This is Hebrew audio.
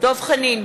דב חנין,